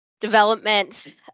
development